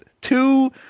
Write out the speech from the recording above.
two